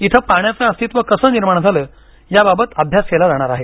इथं पाण्याचं अस्तित्व कसं निर्माण झालं याबाबत अभ्यास केला जाणार आहे